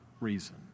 reason